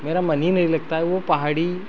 मेरा मन ही नहीं लगता है वो पहाड़ी